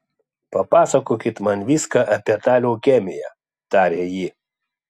papasakokit man viską apie tą leukemiją tarė ji